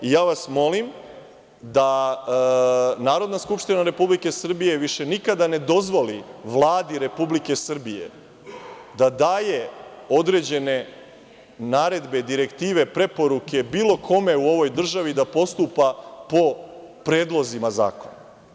Ja vas molim da Narodna skupštine Republike Srbije više nikada ne dozvoli Vladi Republike Srbije da daje određene naredbe, direktive, preporuke bilo kome u ovoj državi da postupa po predlozima zakona.